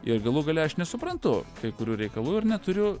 ir galų gale aš nesuprantu kai kurių reikalų ir neturiu